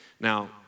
Now